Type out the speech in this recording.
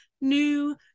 New